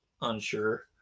unsure